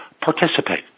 participate